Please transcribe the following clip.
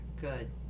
Good